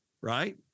right